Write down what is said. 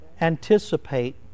anticipate